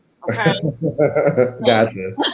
Gotcha